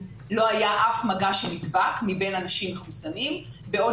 לא היה אף מגע שנדבק מבין אנשים מחוסנים בעוד